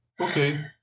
Okay